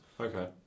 Okay